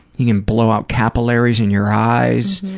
you can blow up capillaries in your eyes,